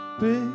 big